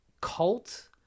cult